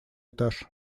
этаж